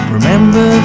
Remember